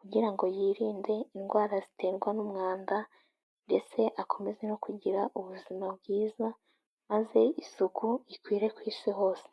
kugira ngo yirinde indwara ziterwa n'umwanda ndetse akomeze no kugira ubuzima bwiza maze isuku ikwire ku Isi hose.